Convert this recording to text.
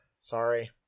sorry